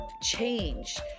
change